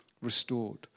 restored